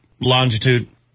longitude